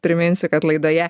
priminsiu kad laidoje